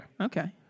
Okay